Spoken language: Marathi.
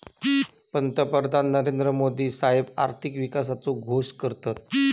पंतप्रधान नरेंद्र मोदी साहेब आर्थिक विकासाचो घोष करतत